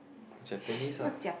Japanese ah